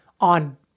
on